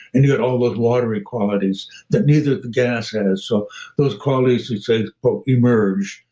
and you get all those watery qualities that neither the gas has. so those qualities, he says emerge.